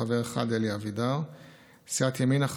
חבר אחד: אלי אבידר; סיעת ימינה,